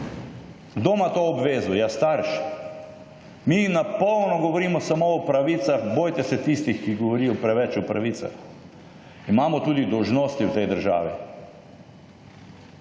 ima to obvezo? Ja starš. Mi na polno govorimo samo o pravicah, bojte se tistih, ki govorijo preveč o pravicah. Imamo tudi dolžnosti v tej državi.